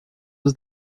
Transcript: was